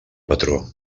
patró